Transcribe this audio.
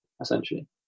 essentially